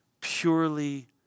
purely